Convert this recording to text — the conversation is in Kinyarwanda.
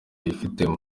yifitemo